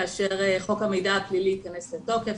כאשר חוק המידע הפלילי ייכנס לתוקף,